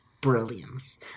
brilliance